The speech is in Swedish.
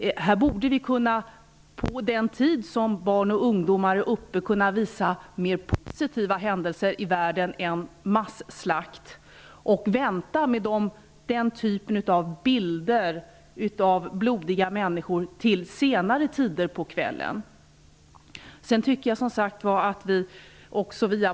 Vi borde kunna visa mer positiva händelser i världen än masslakt den tid då barn och ungdomar är uppe och tittar. Vi borde kunna vänta till senare på kvällen med den typen av bilder på blodiga människor.